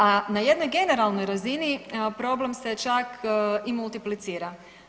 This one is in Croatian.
A na jednoj generalnoj razini problem se čak i multiplicira.